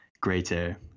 greater